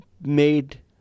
made